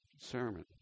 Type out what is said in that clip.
sermon